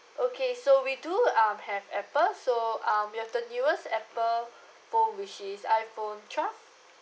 okay so we do um have apple so um we have the newest apple phone which is iphone twelve